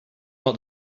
not